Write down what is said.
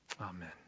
Amen